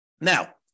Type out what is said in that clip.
Now